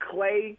Clay